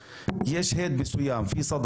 אני עובד עם מערך הדיגיטל במשרד הפנים ובמשרד